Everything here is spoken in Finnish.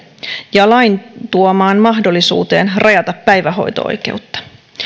ja lain tuomaan mahdollisuuteen rajata päivähoito oikeutta